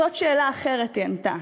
זאת שאלה אחרת, היא ענתה.